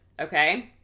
Okay